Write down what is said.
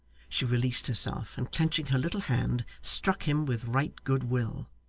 she released herself and clenching her little hand, struck him with right good will.